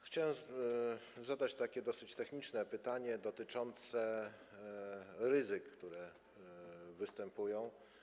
Chciałem zadać takie dosyć techniczne pytanie dotyczące ryzyka, które występuje.